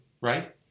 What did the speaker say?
right